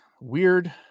weird